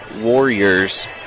Warriors